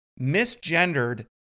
misgendered